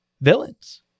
villains